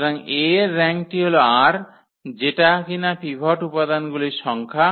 সুতরাং A এর র্যাঙ্কটি হল r যেটা কিনা পিভট উপাদানগুলির সংখ্যা